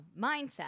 mindset